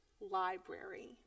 library